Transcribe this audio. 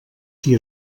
qui